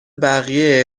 بقیه